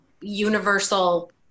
universal